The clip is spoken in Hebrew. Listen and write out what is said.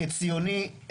כציוני,